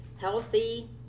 healthy